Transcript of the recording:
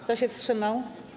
Kto się wstrzymał?